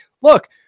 look